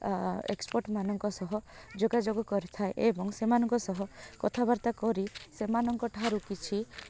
expert ମାନଙ୍କ ସହ ଯୋଗାଯୋଗ କରିଥାଏ ଏବଂ ସେମାନଙ୍କ ସହ କଥାବାର୍ତ୍ତା କରି ସେମାନଙ୍କଠାରୁ କିଛି